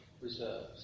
reserves